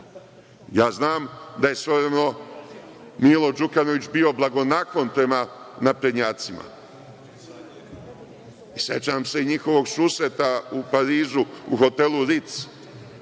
Ja znam da je svojevremeno Milo Đukanović bio blagonaklon prema naprednjacima. Sećam se i njihovog susreta u Parizu u hotelu „Ric“,